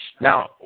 Now